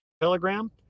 Telegram